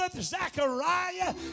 Zachariah